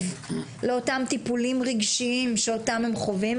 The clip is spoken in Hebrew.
לאותם טיפולים רגשיים שאותם הם חווים.